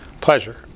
pleasure